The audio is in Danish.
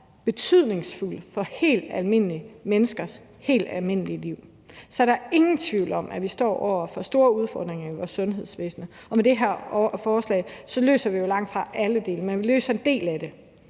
betydningsfuldt for helt almindelige menneskers helt almindelige liv. Der er ingen tvivl om, at vi står over for store udfordringer i vores sundhedsvæsen, og med det her forslag løser vi jo langtfra alle delene, men vi løser en del af det,